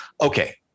Okay